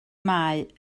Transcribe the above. mae